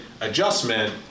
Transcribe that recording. adjustment